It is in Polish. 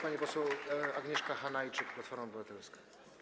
Pani poseł Agnieszka Hanajczyk, Platforma Obywatelska.